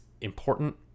important